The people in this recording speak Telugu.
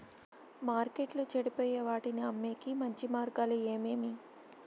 మార్కెట్టులో చెడిపోయే వాటిని అమ్మేకి మంచి మార్గాలు ఏమేమి